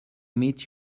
meet